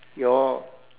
your